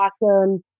awesome